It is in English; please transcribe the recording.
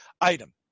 item